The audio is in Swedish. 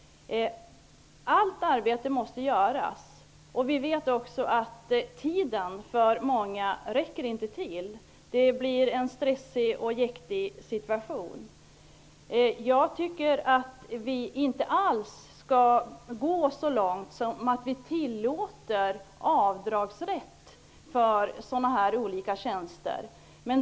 Allt arbete måste göras. Vi vet också att tiden inte räcker till för många. Det blir en stressig och jäktig situation. Jag tycker inte att vi skall gå så långt att vi tillåter avdrag för sådana tjänster.